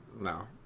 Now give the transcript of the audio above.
No